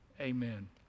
Amen